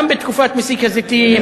גם בתקופת מסיק הזיתים,